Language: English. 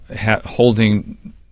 holding